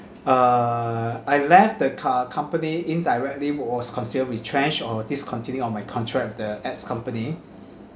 uh I left the co~ company indirectly was consider retrenched or discontinue all my contract with the ex company